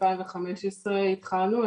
ב-2015 התחלנו.